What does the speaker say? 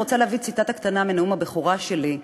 אני רוצה להביא ציטטה קטנה מנאום הבכורה שלי,